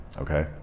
Okay